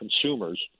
consumers